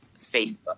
Facebook